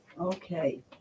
Okay